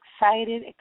excited